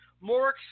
more